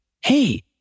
hey